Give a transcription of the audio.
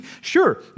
Sure